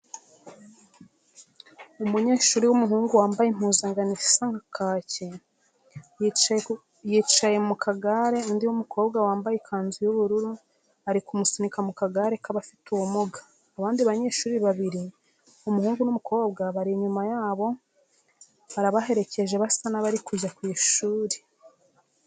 Umunyeshuri w'umuhungu wambaye impuzankano isa na kaki, yicaye mu kagare undi w'umukobwa wambaye ikanzu y'ubururu ari kumusunika mu kagare k'abafite ubumuga. Abandi banyeshuri babiri umuhungu n'umukobwa bari inyuma yabo barabaherekeje basa n'abari kujya ku ishuri.